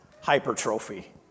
hypertrophy